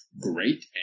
great